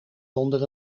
zonder